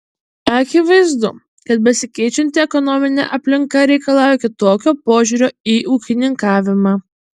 akivaizdu kad besikeičianti ekonominė aplinka reikalauja kitokio požiūrio į ūkininkavimą